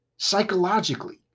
psychologically